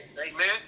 amen